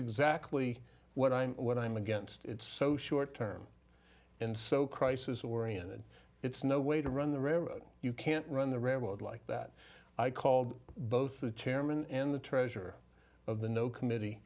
exactly what i'm what i'm against it's so short term and so crisis oriented it's no way to run the railroad you can't run the rebeled like that i called both the chairman and the treasurer of the no committee